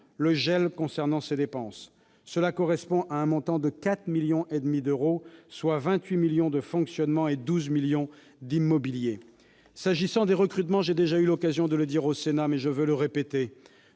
le gel concernant ces dépenses. Cela correspond à un montant de 40,5 millions d'euros, soit 28,5 millions d'euros de fonctionnement et 12 millions d'euros d'immobilier. S'agissant des recrutements, j'ai déjà eu l'occasion de le dire au Sénat, mais je veux le répéter,